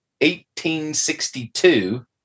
1862